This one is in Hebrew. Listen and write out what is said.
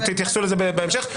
תתייחסו לזה בהמשך.